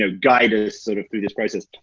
ah guide us sort of through this process.